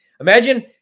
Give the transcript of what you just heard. Imagine